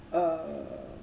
uh